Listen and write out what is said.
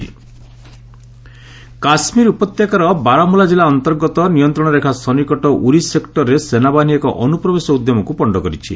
Pulwama IED blast Kashmir ଉପତ୍ୟକାର ବାରମୁଲ୍ଲା ଜିଲ୍ଲା ଅନ୍ତର୍ଗତ ନିୟନ୍ତ୍ରଣ ରେଖା ସନ୍ନିକଟ ଉରି ସେକ୍ଟରରେ ସେନାବାହିନୀ ଏକ ଅନୁପ୍ରବେଶ ଉଦ୍ୟମକୁ ପଣ୍ଡ କରିଛି